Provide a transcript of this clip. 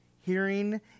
Hearing